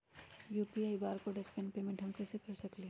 UPI barcode scan payment हम कईसे कर सकली ह?